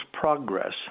Progress